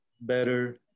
better